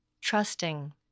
trusting